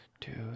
Dude